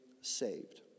saved